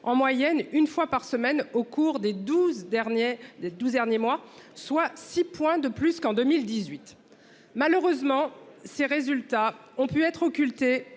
en moyenne une fois par semaine au cours des 12 derniers des 12 derniers mois, soit 6 points de plus qu'en 2018. Malheureusement, ces résultats ont pu être occultée